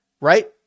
Right